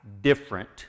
different